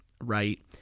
right